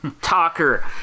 talker